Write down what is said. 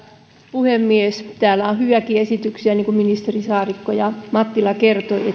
puhemies täällä on hyviäkin esityksiä kuten ministerit saarikko ja mattila kertoivat